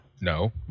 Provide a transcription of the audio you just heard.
No